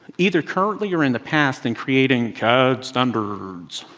either currently or in the past in creating code standards?